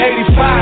85